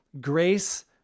grace